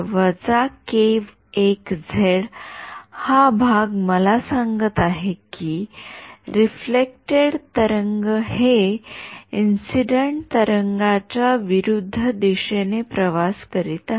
तर हा भाग मला सांगत आहे की रिफ्लेक्टेड तरंग हे इंसिडेंट तरंगा च्या विरुद्ध दिशेने प्रवास करीत आहे